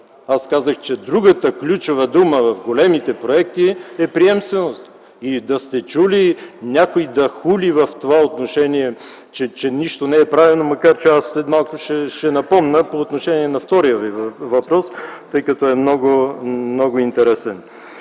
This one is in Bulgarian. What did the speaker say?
Аз казах, че другата ключова дума в големите проекти е „приемственост”. Да сте чули някой да хули в това отношение, че нищо не е правено? Макар че аз след малко ще напомня по отношение на втория Ви въпрос, тъй като е много интересен.